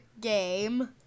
game